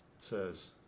says